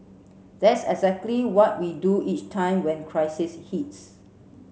that's exactly what we do each time when crisis hits